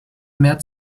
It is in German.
mehr